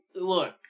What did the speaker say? look